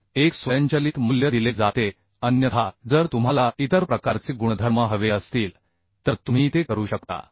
तर एक स्वयंचलित मूल्य दिले जाते अन्यथा जर तुम्हाला इतर प्रकारचे गुणधर्म हवे असतील तर तुम्ही ते करू शकता